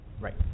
Right